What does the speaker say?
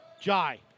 Jai